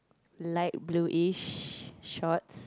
light bluish shorts